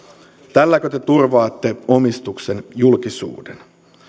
tälläkö te turvaatte omistuksen julkisuuden